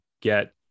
get